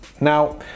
now